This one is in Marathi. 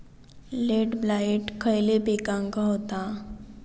लेट ब्लाइट खयले पिकांका होता?